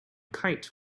kite